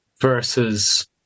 versus